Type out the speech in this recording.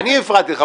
אני הפרעתי לך.